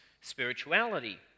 spirituality